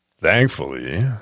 Thankfully